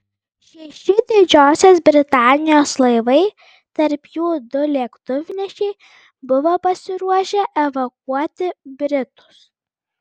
šeši didžiosios britanijos laivai tarp jų du lėktuvnešiai buvo pasiruošę evakuoti britus